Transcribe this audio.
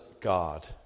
God